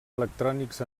electrònics